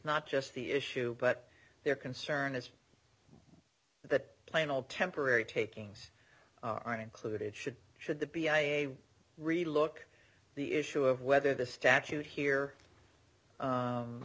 not just the issue but their concern is that plain old temporary takings are included should should the be i read look the issue of whether the statute here